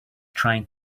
trying